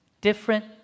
Different